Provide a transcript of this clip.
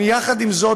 יחד עם זאת,